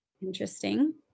interesting